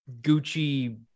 Gucci